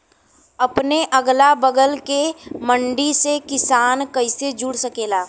अपने अगला बगल के मंडी से किसान कइसे जुड़ सकेला?